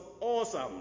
awesome